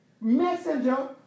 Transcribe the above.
messenger